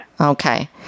Okay